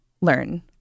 learn